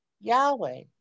Yahweh